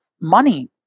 money